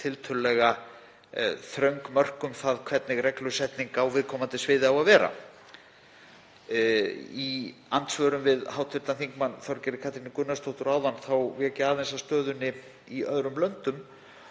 tiltölulega þröng mörk um það hvernig reglusetning á viðkomandi sviði eigi að vera. Í andsvörum við hv. þm. Þorgerði Katrínu Gunnarsdóttur áðan vék ég aðeins að stöðunni í öðrum löndum.